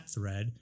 thread